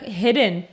hidden